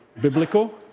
biblical